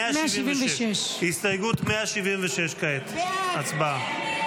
הסתייגות 176 כעת, הצבעה.